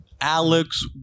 Alex